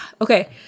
okay